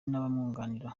n’abamwunganira